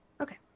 Okay